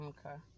Okay